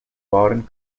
waren